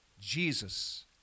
Jesus